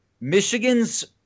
Michigan's